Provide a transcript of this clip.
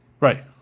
Right